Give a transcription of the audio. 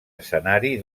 escenari